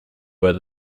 were